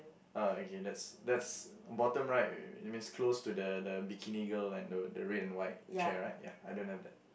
ah okay that's that's bottom right that means close to the the bikini girl and the the red and white chair right ya I don't have that